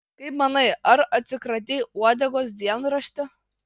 kaip manai ar atsikratei uodegos dienrašti